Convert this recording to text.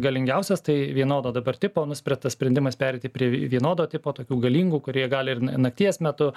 galingiausias tai vienodo dabar tipo nuspręsta sprendimas pereiti prie vienodo tipo tokių galingų kurie gali ir nakties metu